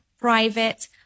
private